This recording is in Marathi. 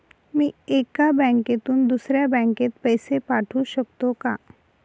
मी एका बँकेतून दुसऱ्या बँकेत पैसे पाठवू शकतो का?